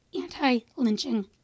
anti-lynching